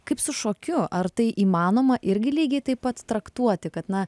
kaip su šokiu ar tai įmanoma irgi lygiai taip pat traktuoti kad na